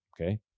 Okay